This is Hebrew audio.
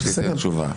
קיוויתי שתיתן תשובה.